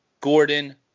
Gordon